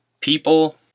people